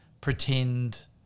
pretend